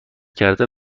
کرده